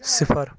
صِفر